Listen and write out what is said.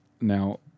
Now